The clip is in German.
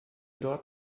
dort